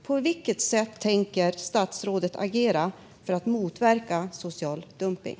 På vilket sätt tänker statsrådet agera för att motverka social dumpning?